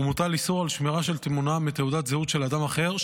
ומוטל איסור על שמירה של תמונה מתעודת זהות של אדם אחר,